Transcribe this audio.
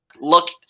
look